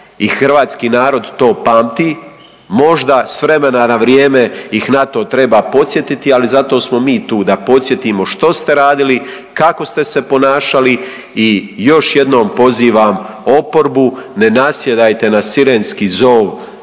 hrvatski narod to pamti, možda s vremena na vrijeme ih na to treba podsjetiti, ali zato smo mi tu da podsjetimo što ste radili, kako ste se ponašali i još jednom pozivam oporbu ne nasjedajte na sirenski zov